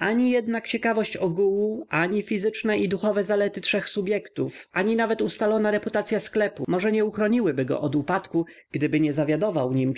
ani jednak ciekawość ogółu ani fizyczne i duchowe zalety trzech subjektów ani nawet ustalona reputacya sklepu może nie uchroniłyby go od upadku gdyby nie zawiadował nim